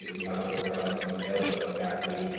we haven't worked out the details on exactly,